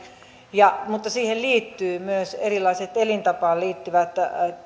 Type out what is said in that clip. mutta siihen liittyvät myös erilaiset elintapaan liittyvät